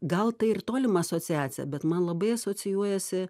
gal tai ir tolima asociacija bet man labai asocijuojasi